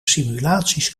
simulaties